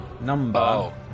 number